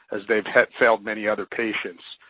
as they've failed many other patients.